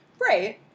Right